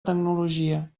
tecnologia